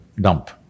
dump